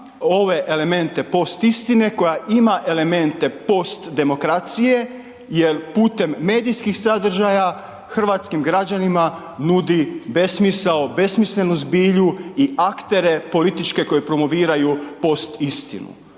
ove elemente postistine, koja ima elemente postdemokracije jer putem medijskih sadržaja, hrvatskim građanima nudi besmisao, besmislenu zbilju i aktere političke koji promoviraju postistinu.